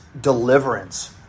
deliverance